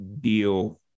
deal